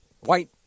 White